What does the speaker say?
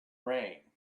rain